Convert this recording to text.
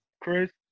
Chris